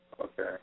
Okay